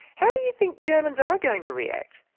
how do you think germans are going to react?